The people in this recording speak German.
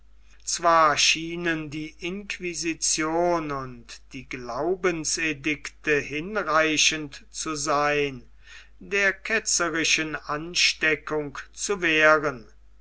zwar schienen die inquisition und die glaubensedikte hinreichend zu sein der ketzerischen ansteckung zu wehren